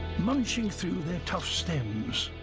munching through their tough stems.